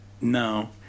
no